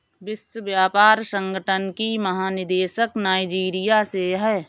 विश्व व्यापार संगठन की महानिदेशक नाइजीरिया से है